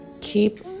keep